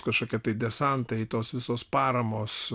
bus kažkokia tai desantai tos visos paramos